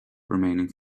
remaining